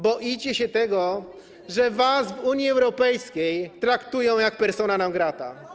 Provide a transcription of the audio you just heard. Boicie się tego, że was w Unii Europejskiej traktują jak persona non grata.